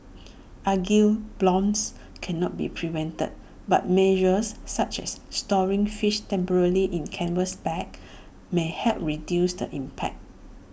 algal blooms cannot be prevented but measures such as storing fish temporarily in canvas bags may help reduce the impact